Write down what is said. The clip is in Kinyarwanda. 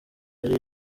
yari